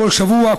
כל שבוע,